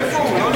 איפה הוא?